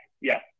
yes